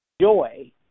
Joy